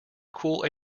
cool